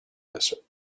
desert